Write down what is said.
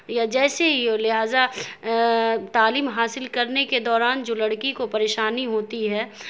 یا جیسے ہی ہو لہٰذا تعلیم حاصل کرنے کے دوران جو لڑکی کو پریشانی ہوتی ہے